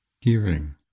Hearing